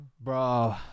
bro